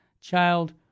child